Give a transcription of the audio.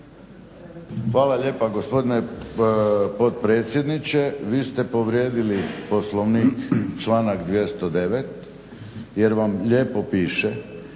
Hvala lijepo gospodine potpredsjedniče. Vi se povrijedili Poslovnik članak 209. jer vam lijepo piše